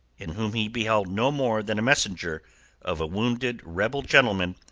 in whom he beheld no more than the messenger of a wounded rebel gentleman,